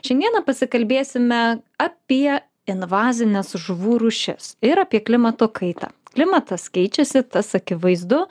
šiandieną pasikalbėsime apie invazines žuvų rūšis ir apie klimato kaitą klimatas keičiasi tas akivaizdu